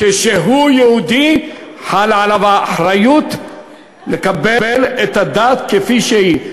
כשהוא יהודי חלה עליו האחריות לקבל את הדת כפי שהיא.